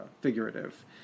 figurative